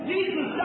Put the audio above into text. Jesus